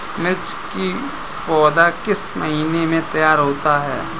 मिर्च की पौधा किस महीने में तैयार होता है?